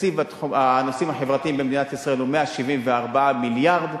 תקציב הנושאים החברתיים במדינת ישראל הוא 174 מיליארד.